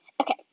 okay